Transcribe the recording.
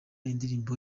indirimbo